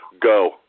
go